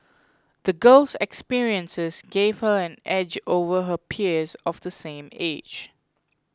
the girl's experiences gave her an edge over her peers of the same age